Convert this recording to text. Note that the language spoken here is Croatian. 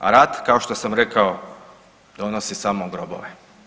A rat kao što sam rekao donosi samo grobove.